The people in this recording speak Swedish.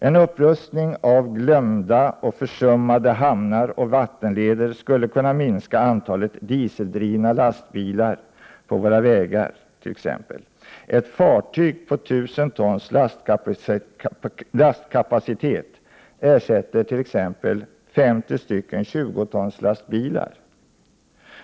En upprustning av glömda och försummade hamnar och vattenleder skulle kunna minska antalet dieseldrivna lastbilar på våra vägar. Ett fartyg på 1 000 tons lastkapacitet ersätter t.ex. 50 stycken 20-tons lastbilar.